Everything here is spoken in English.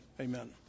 Amen